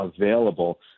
available